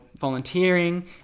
volunteering